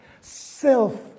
self